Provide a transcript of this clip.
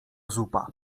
zupa